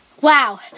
Wow